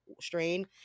strain